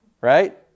right